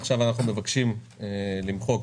עכשיו אנחנו מבקשים למחוק